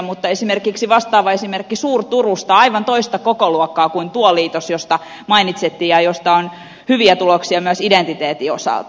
mutta esimerkiksi vastaava esimerkki suur turusta on aivan toista kokoluokkaa kuin tuo liitos josta mainitsitte ja josta on hyviä tuloksia myös identiteetin osalta